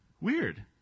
weird